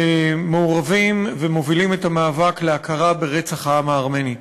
שמעורבים ומובילים את המאבק להכרה ברצח העם הארמני.